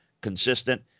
consistent